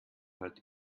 halt